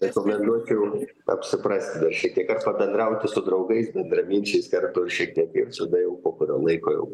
rekomenduočiau apsiprasti šiek tiek ar pabendrauti su draugais bendraminčiais karto šiek tiek ir tada jau po kurio laiko jau